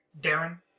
Darren